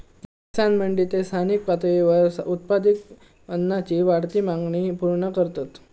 किसान मंडी ते स्थानिक पातळीवर उत्पादित अन्नाची वाढती मागणी पूर्ण करतत